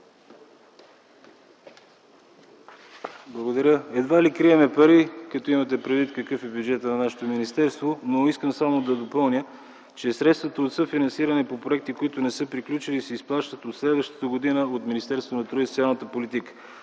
председател. Едва ли крием пари, като имате предвид какъв е бюджетът на нашето министерство. Искам само да допълня, че средствата от съфинансиране по проекти, които не са приключили, се изплащат от следващата година от Министерството на труда и социалната политика.